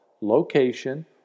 location